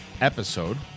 episode